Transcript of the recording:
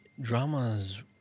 dramas